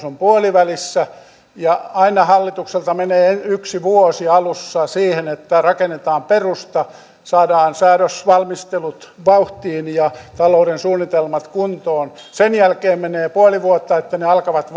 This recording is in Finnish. on puolivälissä aina hallitukselta menee yksi vuosi alussa siihen että rakennetaan perusta saadaan säädösvalmistelut vauhtiin ja talouden suunnitelmat kuntoon sen jälkeen menee puoli vuotta että ne päätökset alkavat